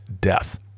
death